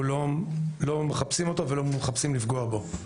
אנחנו לא מחפשים אותה ולא מחפשים לפגוע בה.